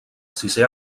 sisè